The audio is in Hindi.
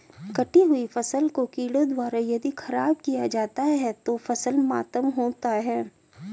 कटी हुयी फसल को कीड़ों द्वारा यदि ख़राब किया जाता है तो फसल मातम होता है